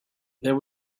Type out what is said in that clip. there